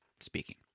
speaking